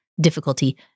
difficulty